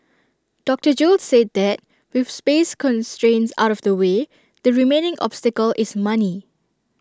doctor gill said that with space constraints out of the way the remaining obstacle is money